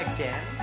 Again